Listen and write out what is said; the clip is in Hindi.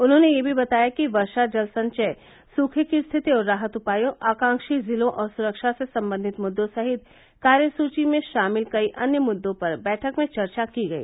उन्होंने यह भी बताया कि वर्षा जल संचय सूखे की स्थिति और राहत उपायों आकांक्षी जिलों और सुरक्षा से संबंधित मृद्दों सहित कार्यसूची में शामिल कई अन्य मृदों पर बैठक में चर्चा की गई